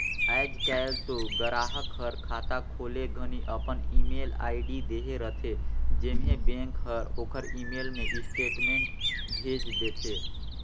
आयज कायल तो गराहक हर खाता खोले घनी अपन ईमेल आईडी देहे रथे जेम्हें बेंक हर ओखर ईमेल मे स्टेटमेंट भेज देथे